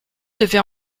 devait